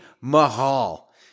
Mahal